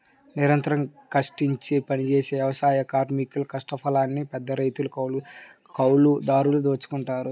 నిరంతరం కష్టించి పనిజేసే వ్యవసాయ కార్మికుల కష్టఫలాన్ని పెద్దరైతులు, కౌలుదారులు దోచుకుంటన్నారు